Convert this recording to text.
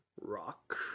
rock